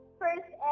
first